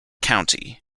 county